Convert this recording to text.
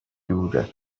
lliure